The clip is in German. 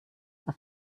auf